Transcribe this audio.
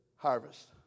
harvest